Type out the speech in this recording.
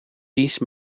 these